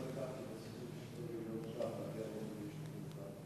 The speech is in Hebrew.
כמו כן יתווספו 2 מיליוני שקלים מתקציבי המשרדים,